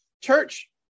Church